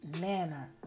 manner